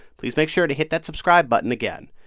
please make sure to hit that subscribe button again.